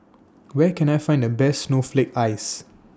Where Can I Find The Best Snowflake Ice